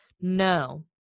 No